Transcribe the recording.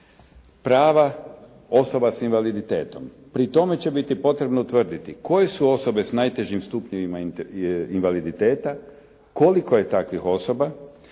prava osoba s invaliditetom. Pri tome će biti potrebno utvrditi koje su osobe s najtežim stupnjevima invaliditeta, koliko je takvim osoba,